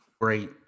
Great